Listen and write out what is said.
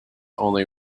only